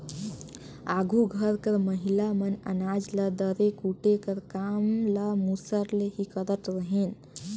आघु घर कर महिला मन अनाज ल दरे कूटे कर काम ल मूसर ले ही करत रहिन